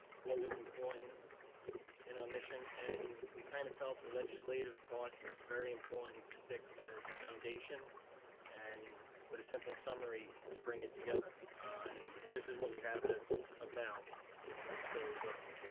what was important in our mission and we kind of felt the legislative part was very important to stick as the foundation and what a simple summary to bring it together, and this is what we have as of now that's still working.